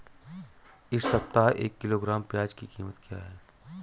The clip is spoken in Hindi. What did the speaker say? इस सप्ताह एक किलोग्राम प्याज की कीमत क्या है?